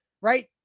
right